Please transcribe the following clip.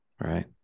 Right